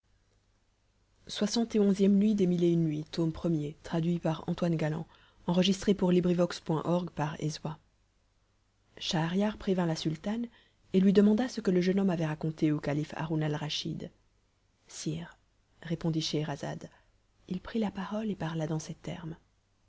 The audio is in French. schahriar prévint la sultane et lui demanda ce que le jeune homme avait raconté au calife haroun alraschid sire répondit scheherazade il prit la parole et parla dans ces termes